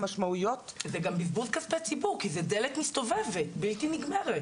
זה גם בזבוז כספי ציבור כי זה דלת מסתובבת בלתי נגמרת.